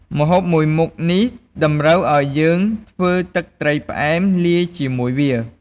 ម្ហូបមួយមុខនេះតម្រូវឲ្យយើងធ្វើទឹកត្រីផ្អែមលាយជាមួយវា។